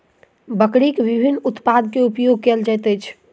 बकरीक विभिन्न उत्पाद के उपयोग कयल जाइत अछि